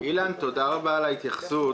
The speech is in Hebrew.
אילן, תודה רבה על ההתייחסות.